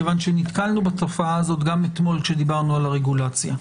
-- נתקלנו בתופעה הזאת גם אתמול כשדיברנו על הרגולציה.